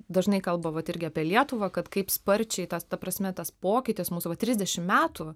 dažnai kalba vat irgi apie lietuvą kad kaip sparčiai tas ta prasme tas pokytis mūsų va trisdešim metų